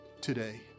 today